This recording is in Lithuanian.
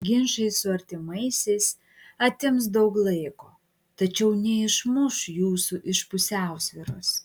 ginčai su artimaisiais atims daug laiko tačiau neišmuš jūsų iš pusiausvyros